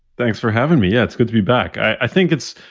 thanks for having me. yeah, it's good to be back. i think it's,